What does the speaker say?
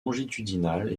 longitudinale